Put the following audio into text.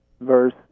verse